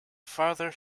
farther